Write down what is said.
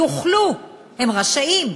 יוכלו, הם רשאים,